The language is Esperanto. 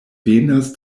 venas